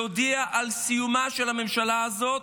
להודיע על סיומה של הממשלה הזאת,